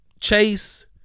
Chase